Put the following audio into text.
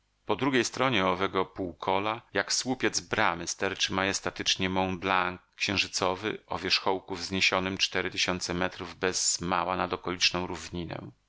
po drugiej stronie owego półkola jak słupiec bramy sterczy majestatyczanie mont blanc księżycowy o wierzchołku wzniesionym cztery tysiące metrów bez mała nad okoliczną